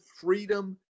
freedom